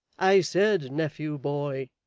i said nephew, boy,